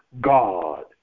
God